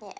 yeah